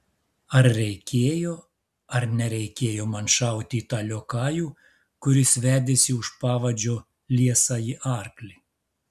ar reikėjo ar nereikėjo man šauti į tą liokajų kuris vedėsi už pavadžio liesąjį arklį